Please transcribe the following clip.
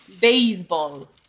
Baseball